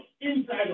inside